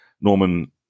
Norman